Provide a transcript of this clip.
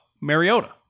Mariota